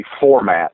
format